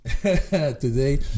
today